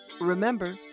Remember